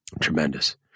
Tremendous